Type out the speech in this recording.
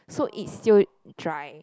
so it's still dry